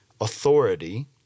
authority